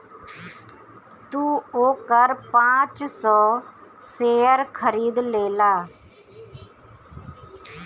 तू ओकर पाँच सौ शेयर खरीद लेला